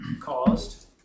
caused